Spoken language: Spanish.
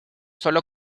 solo